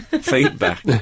feedback